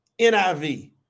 NIV